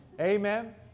Amen